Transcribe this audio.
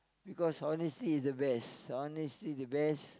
because honesty is the best honesty the best